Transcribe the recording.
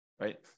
right